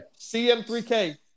CM3K